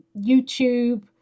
YouTube